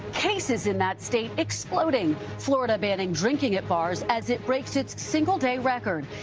cases in that state exploding. florida banning drinking at bars as it breaks its single day record.